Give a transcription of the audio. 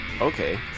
Okay